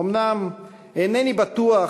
אומנם אינני בטוח,